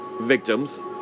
victims